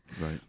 Right